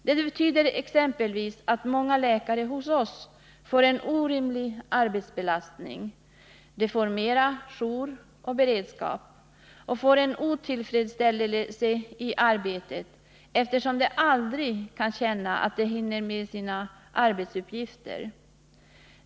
Det betyder exempelvis att många läkare hos oss i Norrland får en orimlig arbetsbelastning. De får mera jour och beredskap och en otillfredsställelse i arbetet, eftersom de aldrig kan känna att de hinner med sina arbetsuppgifter.